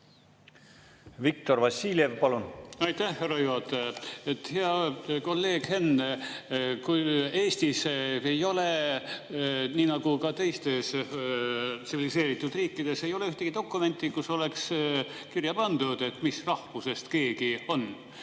Viktor Vassiljev, palun! Aitäh, härra juhataja! Hea kolleeg Henn! Eestis ei ole, nii nagu ka teistes tsiviliseeritud riikides, ühtegi dokumenti, kus oleks kirja pandud, mis rahvusest keegi on.